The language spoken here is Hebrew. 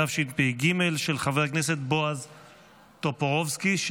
21 בעד, אין מתנגדים ואין נמנעים.